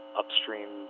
upstream